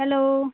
hello